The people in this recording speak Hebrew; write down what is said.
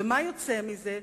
ומה יוצא מזה?